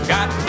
Got